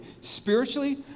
spiritually